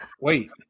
Wait